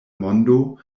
mondo